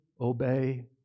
obey